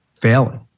failing